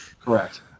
Correct